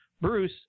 Bruce